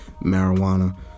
marijuana